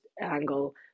angle